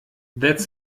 that